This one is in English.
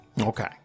Okay